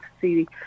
see